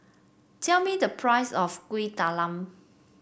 tell me the price of Kuih Talam